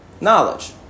knowledge